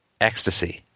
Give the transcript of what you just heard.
ecstasy